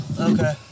Okay